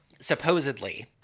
supposedly